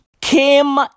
Kim